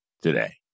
today